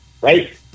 Right